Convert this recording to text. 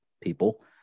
people